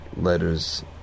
letters